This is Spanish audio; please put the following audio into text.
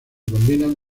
combinan